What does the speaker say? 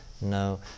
no